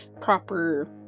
proper